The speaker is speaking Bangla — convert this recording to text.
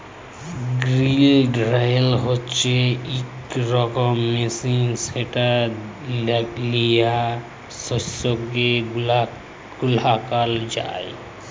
গ্রেল ড্রায়ার হছে ইক রকমের মেশিল যেট লিঁয়ে শস্যকে শুকাল যায়